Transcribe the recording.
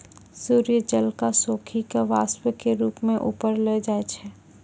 सूर्य जल क सोखी कॅ वाष्प के रूप म ऊपर ले जाय छै